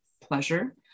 pleasure